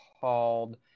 called